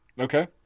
Okay